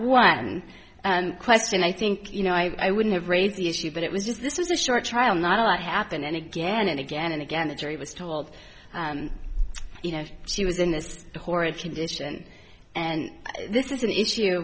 one question i think you know i wouldn't have raised the issue but it was just this is a short trial not happen and again and again and again the jury was told you know she was in this horrid condition and this is an issue